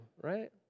right